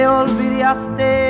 olvidaste